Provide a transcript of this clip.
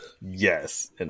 Yes